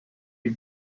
you